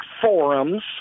forums